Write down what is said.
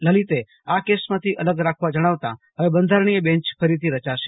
લલિતે આ કેસમાંથી અલગ રાખવા જણાવતાં હવે બંધારણીય બેન્ચ ફરીથી રચાશે